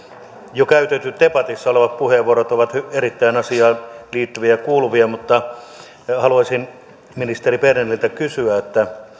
jo käytetyt debatissa olevat puheenvuorot ovat erittäin asiaan liittyviä ja kuuluvia mutta haluaisin ministeri berneriltä kysyä